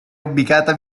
ubicata